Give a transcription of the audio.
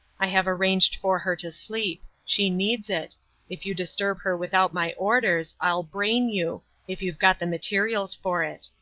i have arranged for her to sleep she needs it if you disturb her without my orders, i'll brain you if you've got the materials for it.